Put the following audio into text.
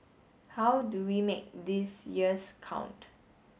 how do we make these years count